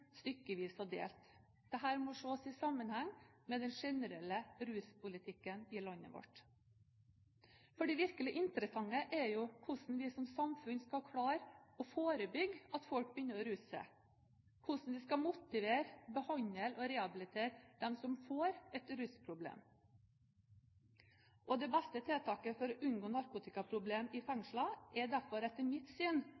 stykkevis og delt. Dette må ses i sammenheng med den generelle ruspolitikken i landet vårt, for det virkelig interessante er jo hvordan vi som samfunn skal klare å forebygge at folk begynner å ruse seg – hvordan vi skal motivere, behandle og rehabilitere dem som får et rusproblem. Det beste tiltaket for å unngå narkotikaproblem i